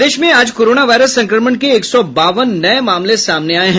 प्रदेश में आज corona virus संक्रमण के एक सौ बावन नये मामले सामने आये हैं